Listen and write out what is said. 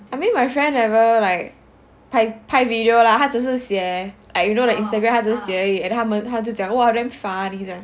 I mean my friend never like 拍 video lah 他只是写 like you know the Instagram 他只是写而已 then 他就讲 !wah! damn funny 这样